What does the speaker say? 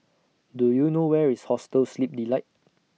Do YOU know Where IS Hostel Sleep Delight